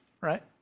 right